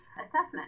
assessment